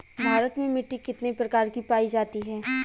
भारत में मिट्टी कितने प्रकार की पाई जाती हैं?